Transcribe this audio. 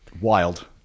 Wild